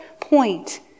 point